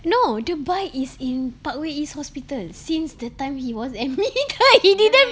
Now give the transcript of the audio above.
no dubai is in parkway east hospital since that time he was admitted he didn't